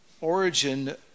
origin